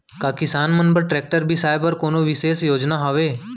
का किसान मन बर ट्रैक्टर बिसाय बर कोनो बिशेष योजना हवे?